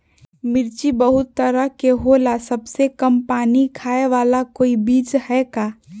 मिर्ची बहुत तरह के होला सबसे कम पानी खाए वाला कोई बीज है का?